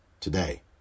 Today